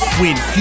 win